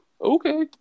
Okay